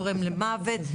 גורם למוות.